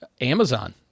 Amazon